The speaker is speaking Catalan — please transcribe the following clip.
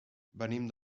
venim